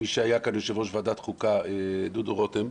מי שהיה כאן יושב-ראש ועדת החוקה דודו רותם,